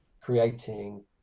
creating